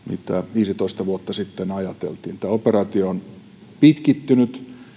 viisitoista vuotta sitten ajateltiin tämä operaatio on pitkittynyt